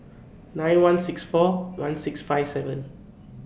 nine one six four one six five seven